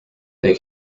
they